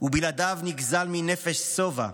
ובלעדיו נגזל מנפש שובע,